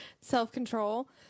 self-control